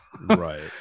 Right